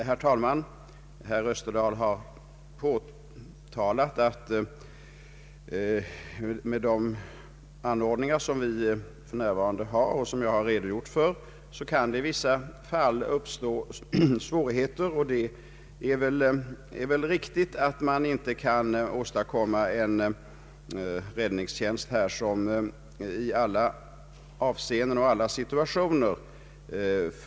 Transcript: Herr talman! Herr Österdahl har påtalat att med de anordningar som vi för närvarande har och som jag har redogjort för kan i vissa fall svårigheter uppstå. Det är väl riktigt att man inte kan åstadkomma en räddningstjänst som fungerar hundraprocentigt i alla avseenden och alla situationer.